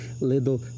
little